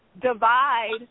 divide